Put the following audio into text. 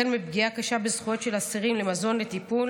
מפגיעה קשה בזכויות של אסירים למזון, לטיפול